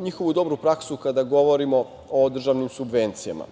njihovu dobru praksu kada govorimo o državnim subvencijama.